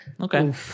Okay